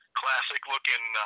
classic-looking